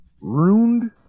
ruined